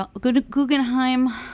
Guggenheim